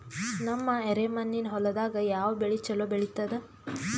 ನಮ್ಮ ಎರೆಮಣ್ಣಿನ ಹೊಲದಾಗ ಯಾವ ಬೆಳಿ ಚಲೋ ಬೆಳಿತದ?